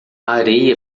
areia